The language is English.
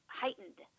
heightened